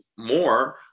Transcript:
more